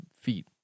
feet